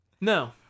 No